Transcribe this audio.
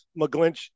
McGlinch